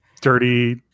dirty